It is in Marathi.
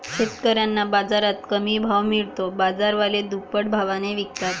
शेतकऱ्यांना बाजारात कमी भाव मिळतो, बाजारवाले दुप्पट भावाने विकतात